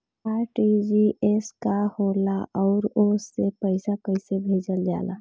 RTGS का होला आउरओ से पईसा कइसे भेजल जला?